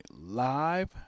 Live